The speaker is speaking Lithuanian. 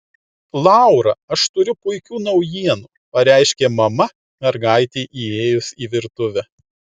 laura aš turiu puikių naujienų pareiškė mama mergaitei įėjus į virtuvę